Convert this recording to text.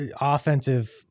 offensive